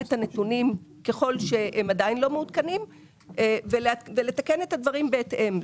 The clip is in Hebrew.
את הנתונים ככל שהם עדיין לא מעודכנים ולתקן את הדברים בהתאם.